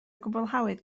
gwblhawyd